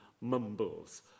Mumbles